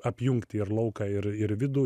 apjungti ir lauką ir ir vidų